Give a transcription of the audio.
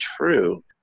true